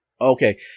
Okay